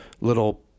little